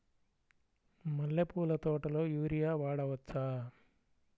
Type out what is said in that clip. మల్లె పూల తోటలో యూరియా వాడవచ్చా?